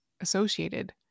associated